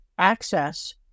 access